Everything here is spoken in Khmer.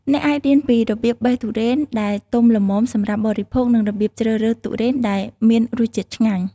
អ្នកអាចរៀនពីរបៀបបេះទុរេនដែលទុំល្មមសម្រាប់បរិភោគ និងរបៀបជ្រើសរើសទុរេនដែលមានរសជាតិឆ្ងាញ់។